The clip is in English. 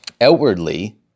outwardly